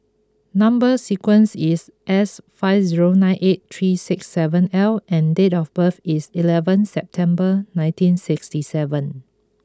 number sequence is S five zero nine eight three six seven L and date of birth is eleven September nineteen sixty seven